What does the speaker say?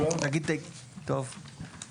דמוי רובה מסוג M-16 ,M-4 ,AR-15 ובעלי מראה דומה,